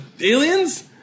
aliens